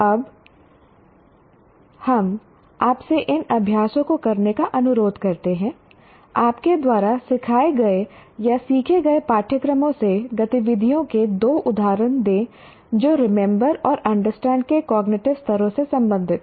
अब हम आपसे इन अभ्यासों को करने का अनुरोध करते हैं आपके द्वारा सिखाए गए या सीखे गए पाठ्यक्रमों से गतिविधियों के दो उदाहरण दे जो रिमेंबर और अंडरस्टैंड के कॉग्निटिव स्तरों से संबंधित हैं